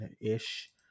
ish